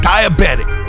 Diabetic